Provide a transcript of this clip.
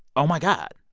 oh, my god.